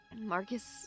Marcus